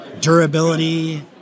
durability